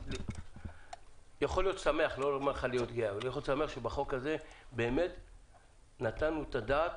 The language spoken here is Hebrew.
יכול לשמוח שבחוק הזה נתנו את הדעת